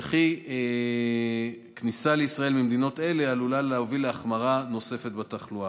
וכי כניסה לישראל ממדינות אלה עלולה להוביל להחמרה נוספת בתחלואה.